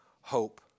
hope